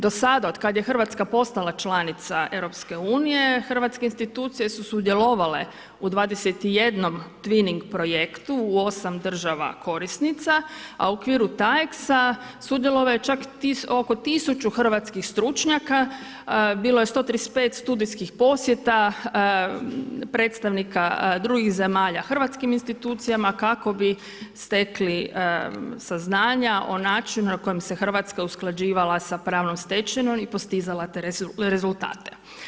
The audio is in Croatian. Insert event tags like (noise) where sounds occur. Do sada od kad je Hrvatska članica EU-a, hrvatske institucije su sudjelovale u 21 twinning projektu u 8 država korisnica a u okviru ... (unintelligible) sudjelovalo je čak oko 1000 hrvatskih stručnjaka, bilo je 135 studijskih posjeta predstavnik drugih zemalja hrvatskim institucijama kako bi stekli saznanja o načinu na kojem se Hrvatska usklađivala sa pravnom stečevinom i postizala te rezultate.